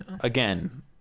Again